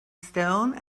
stone